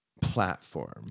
platform